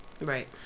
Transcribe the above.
Right